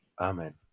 Amen